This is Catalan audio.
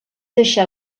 deixar